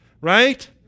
right